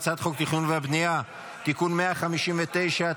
הצעת חוק התכנון והבנייה (תיקון מס' 159),